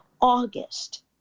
August